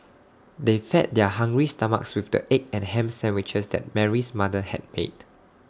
they fed their hungry stomachs with the egg and Ham Sandwiches that Mary's mother had made